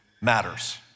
matters